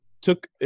took